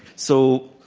so,